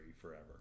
forever